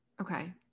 Okay